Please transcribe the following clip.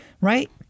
Right